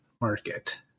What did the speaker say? market